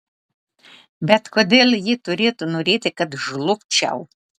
bet kodėl ji turėtų norėti kad žlugčiau